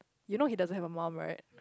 you know he doesn't have a mum right